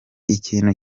ikintu